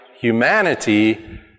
humanity